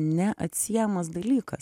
neatsiejamas dalykas